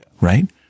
right